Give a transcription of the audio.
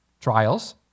trials